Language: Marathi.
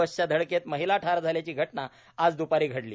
बसच्या धडकेत महिला ठार झाल्याची घटना आज दुपारी घडली